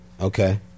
Okay